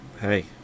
Hey